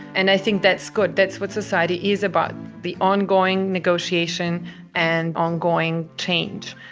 and i think that's good. that's what society is about, the ongoing negotiation and ongoing change.